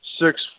six